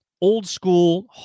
old-school